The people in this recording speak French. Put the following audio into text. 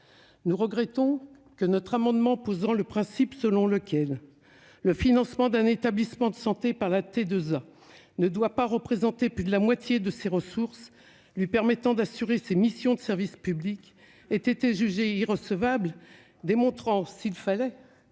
Nous regrettons que notre amendement visant à poser le principe selon lequel le financement d'un établissement de santé par la T2A ne doit pas représenter plus de la moitié de ses ressources afin de lui permettre d'assurer ses missions de service public ait été jugé irrecevable. Cela démontre, s'il en était